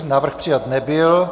Návrh přijat nebyl.